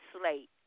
slate